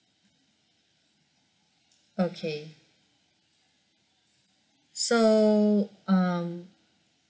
okay so um